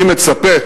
אני מצפה